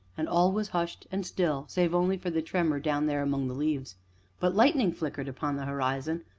and all was hushed and still, save only for the tremor down there among the leaves but lightning flickered upon the horizon,